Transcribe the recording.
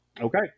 Okay